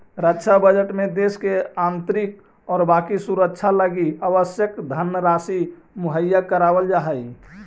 रक्षा बजट में देश के आंतरिक और बाकी सुरक्षा लगी आवश्यक धनराशि मुहैया करावल जा हई